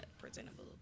presentable